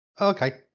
okay